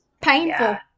painful